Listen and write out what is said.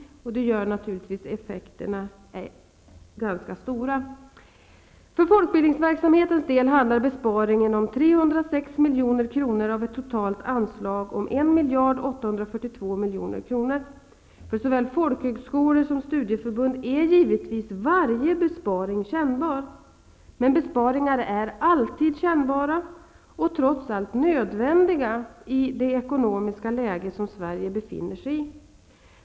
Det gör naturligtvis effekterna ganska stora. För folkbildningsverksamhetens del handlar besparingen om 306 milj.kr. av ett totalt anslag om 1,842 miljarder kronor. För såväl folkhögskolor som studieförbund är givetvis varje besparing kännbar. Men besparingar är alltid kännbara och trots allt nödvändiga i det ekonomiska läge som Sverige befinner sig i.